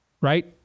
right